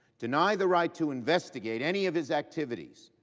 denied the right to investigate any of his activities.